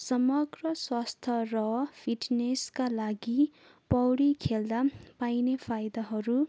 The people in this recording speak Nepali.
समग्र स्वास्थ्य र फिटनेसका लागि पौडी खेल्दा पाइने फाइदाहरू